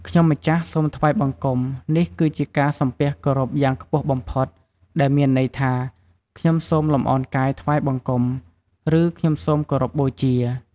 ខ្ញុំម្ចាស់សូមថ្វាយបង្គំ នេះគឺជាការសំពះគោរពយ៉ាងខ្ពស់បំផុត ដែលមានន័យថា "ខ្ញុំសូមលំអោនកាយថ្វាយបង្គំ" ឬ "ខ្ញុំសូមគោរពបូជា"។